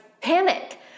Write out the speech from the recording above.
panic